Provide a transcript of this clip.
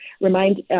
remind